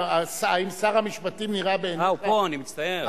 האם שר המשפטים נראה בעיניך, הוא פה, אני מצטער.